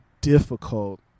difficult